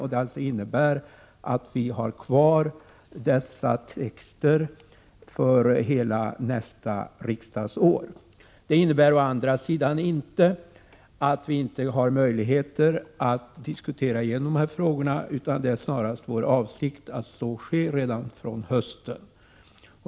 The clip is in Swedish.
Enligt utskottets ställningstagande skall texten i de nuvarande bestämmelserna tillämpas även under hela nästa riksmöte. Detta innebär å andra sidan inte att vi inte har möjligheter att diskutera igenom dessa frågor, utan det är snarast vår avsikt att så sker redan från hösten.